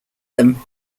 them